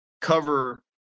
cover